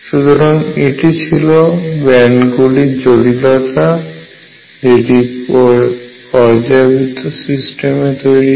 সুতরাং এটি ছিল ব্যান্ডগুলির জটিলতা যেটি পর্যায়বৃত্ত সিস্টেমে তৈরি হয়